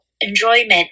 enjoyment